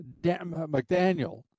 McDaniel